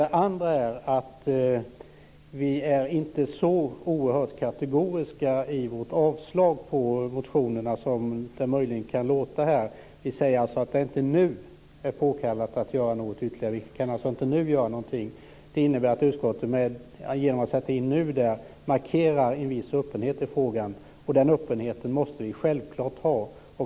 Det andra är att vi inte är så oerhört kategoriska i vårt avstyrkande av motionerna som det möjligen kan låta här. Utskottet säger att det inte nu är påkallat att göra något ytterligare. Vi kan alltså inte nu göra någonting. Genom att sätta in ordet nu markerar utskottet en viss öppenhet i frågan. Den öppenheten måste vi självklart ha.